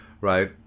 right